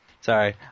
Sorry